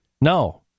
no